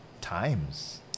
times